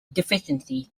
deficiency